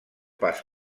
pas